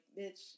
bitch